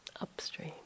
upstream